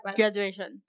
graduation